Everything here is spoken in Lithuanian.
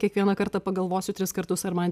kiekvieną kartą pagalvosiu tris kartus ar man